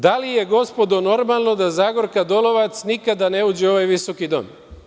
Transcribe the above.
Da li je, gospodo, normalno da Zagorka Dolovac nikada ne uđe u ovaj visoki Dom?